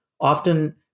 Often